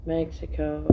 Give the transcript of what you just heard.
Mexico